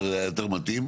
היה יותר מתאים,